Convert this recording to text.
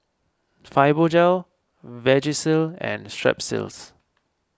Fibogel Vagisil and Strepsils